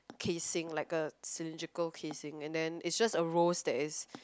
casing like a cylindrical casing and then it's just a rose that is